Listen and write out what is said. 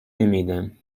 نمیدم